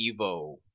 Evo